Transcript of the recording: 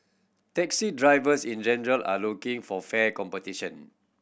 taxi drivers in general are looking for fair competition